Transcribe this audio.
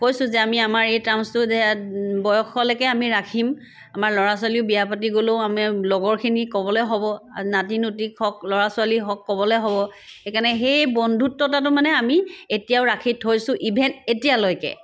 কৈছো যে আমি আমাৰ এই টাৰ্মছটো যে বয়সলৈকে আমি ৰাখিম আমাৰ ল'ৰা ছোৱালীও বিয়া পাতি গ'লেও আমি লগৰখিনিক ক'বলৈ হ'ব নাতি নতিক হওক ল'ৰা ছোৱালীক হওক ক'বলৈ হ'ব সেইকাৰণে সেই বন্ধুত্বতাটো মানে আমি এতিয়াও ৰাখি থৈছো ইভেন এতিয়ালৈকে